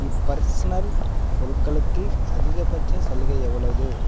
இப்பர்ஸ்னல் பொருட்களுக்கு அதிகபட்ச சலுகை எவ்வளவு